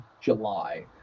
july